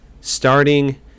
Starting